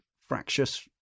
fractious